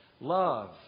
love